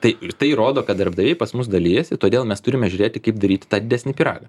tai ir tai rodo kad darbdaviai pas mus dalijasi todėl mes turime žiūrėti kaip daryti tą didesnį pyragą